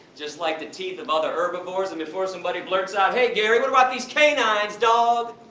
just like the teeth of other herbivores and before somebody blurts out hey gary what about these canines dog.